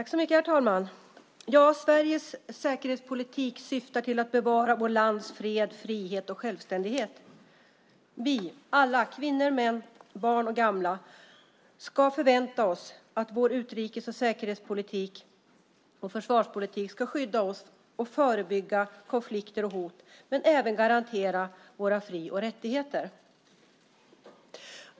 Herr talman! Sveriges säkerhetspolitik syftar till att bevara vårt lands fred, frihet och självständighet. Vi, alla kvinnor, män, barn och gamla, ska förvänta oss att vår utrikes-, säkerhets och försvarspolitik ska skydda oss från och förebygga konflikter och hot men även garantera våra fri och rättigheter.